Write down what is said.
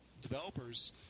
developers